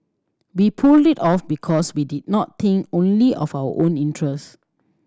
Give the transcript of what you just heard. we pulled it off because we did not think only of our own interests